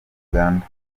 uganda